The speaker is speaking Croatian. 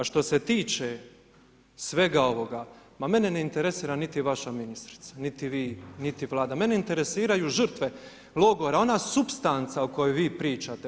A što se tiče svega ovoga, ma mene ne interesira niti vaša ministrica, niti vi, niti Vlada, mene interesiraju žrtve logora, ona supstanca o kojoj vi pričate.